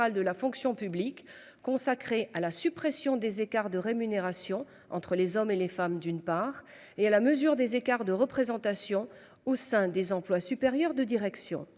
de la fonction publique consacrée à la suppression des écarts de rémunération entre les hommes et les femmes. D'une part et à la mesure des écarts de représentation au sein des employes supérieurs de direction.